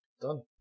done